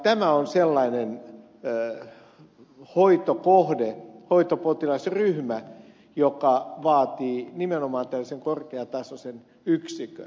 tämä on sellainen hoitokohde potilasryhmä joka vaatii nimenomaan tällaisen korkeatasoisen yksikön